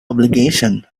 obligation